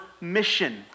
mission